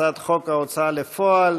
הצעת חוק ההוצאה לפועל